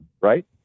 right